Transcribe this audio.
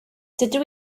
dydw